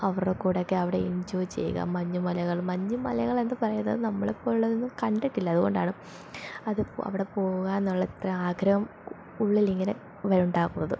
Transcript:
അവരുടെ കൂടെയൊക്കെ അവിടെ എൻജോയ് ചെയ്യുക മഞ്ഞുമലകള് മഞ്ഞുമലകൾ എന്നു പറയുന്നത് നമ്മളിപ്പോള് ഉള്ളതൊന്നും കണ്ടിട്ടില്ല അതുകൊണ്ടാണ് അത് അവിടെ പോകുക എന്നുള്ള ഇത്ര ആഗ്രഹം ഉള്ളിലിങ്ങനെ ഉണ്ടാകുന്നത്